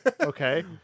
Okay